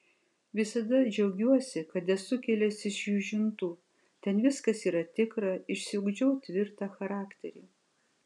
visada džiaugiausi kad esu kilęs iš jūžintų ten viskas yra tikra išsiugdžiau tvirtą charakterį